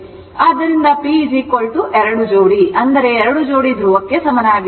ಆದ್ದರಿಂದ p 2 ಜೋಡಿ ಅಂದರೆ 2 ಜೋಡಿ ಧ್ರುವಕ್ಕೆ ಸಮಾನವಾಗಿರುತ್ತದೆ